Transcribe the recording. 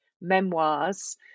memoirs